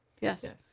Yes